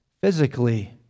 physically